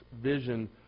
vision